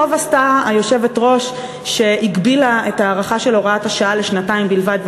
טוב עשתה היושבת-ראש שהגבילה את ההארכה של הוראת השעה לשנתיים בלבד,